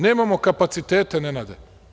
Nemamo kapacitete, Nenade.